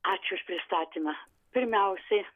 ačiū už pristatymą pirmiausiai